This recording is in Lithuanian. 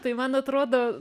tai man atrodo